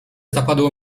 zapadło